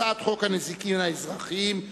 הצעת חוק הנזיקים האזרחיים,